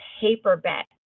paperback